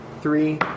Three